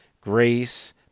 grace